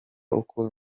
uko